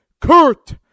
Kurt